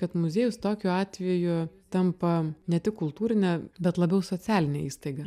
kad muziejus tokiu atveju tampa ne tik kultūrine bet labiau socialine įstaiga